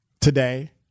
today